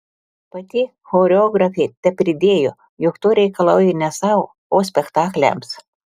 pati choreografė tepridėjo jog to reikalauja ne sau o spektakliams